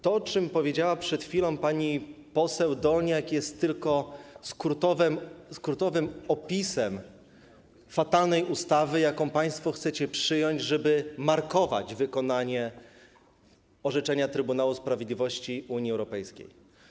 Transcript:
To, o czym powiedziała przed chwilą pani poseł Dolniak, jest tylko skrótowym opisem fatalnej ustawy, jaką państwo chcecie przyjąć, żeby markować wykonanie orzeczenia Trybunału Sprawiedliwości Unii Europejskiej.